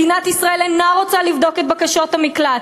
מדינת ישראל אינה רוצה לבדוק את בקשות המקלט,